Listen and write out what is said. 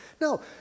No